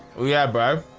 yeah barb